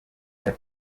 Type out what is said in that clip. ati